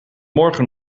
morgen